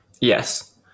Yes